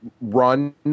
run